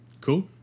Cool